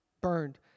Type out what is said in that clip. burned